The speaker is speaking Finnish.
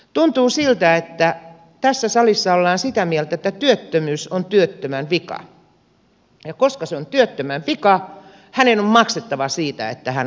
tuntuu siltä että tässä salissa ollaan sitä mieltä että työttömyys on työttömän vika ja koska se on työttömän vika hänen on maksettava siitä että hän on työtön